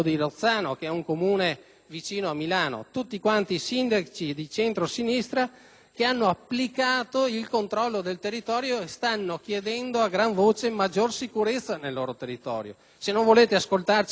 che hanno posto in essere il controllo del territorio e stanno chiedendo a gran voce maggiore sicurezza nei loro territori. Se non volete ascoltare noi, almeno ascoltate i sindaci che sono vostra espressione politica.